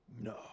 No